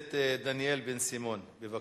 הכנסת דניאל בן-סימון, בבקשה.